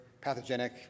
pathogenic